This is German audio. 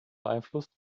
beeinflusst